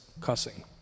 cussing